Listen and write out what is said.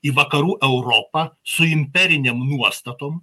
į vakarų europą su imperinėm nuostatom